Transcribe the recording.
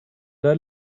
der